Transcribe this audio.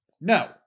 No